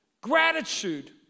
gratitude